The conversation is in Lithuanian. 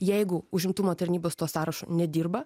jeigu užimtumo tarnybos tuo sąrašu nedirba